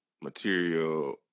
material